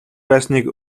байсныг